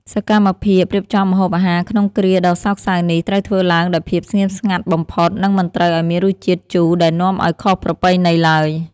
សកម្មភាពរៀបចំម្ហូបអាហារក្នុងគ្រាដ៏សោកសៅនេះត្រូវធ្វើឡើងដោយភាពស្ងៀមស្ងាត់បំផុត និងមិនត្រូវឱ្យមានរសជាតិជូរដែលនាំឱ្យខុសប្រពៃណីឡើយ។